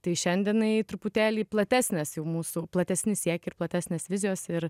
tai šiandienai truputėlį platesnės jau mūsų platesni siekiai ir platesnės vizijos ir